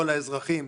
לא לאזרחים,